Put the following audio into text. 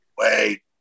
wait